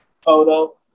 photo